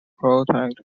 puncture